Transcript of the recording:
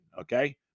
okay